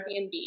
Airbnb